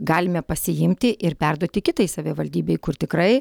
galime pasiimti ir perduoti kitai savivaldybei kur tikrai